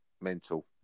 mental